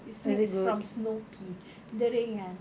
it's made from snow pea dia ringan